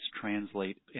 translate